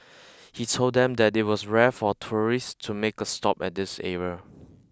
he told them that it was rare for tourists to make a stop at this area